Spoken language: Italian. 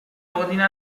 ordine